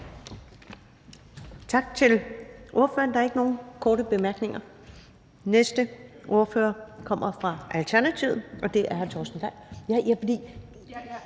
Tak til ordføreren. Der er ikke nogen korte bemærkninger. Den næste ordfører kommer fra Alternativet, og det er hr. Torsten Gejl...